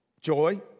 joy